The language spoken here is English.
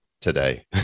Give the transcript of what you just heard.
today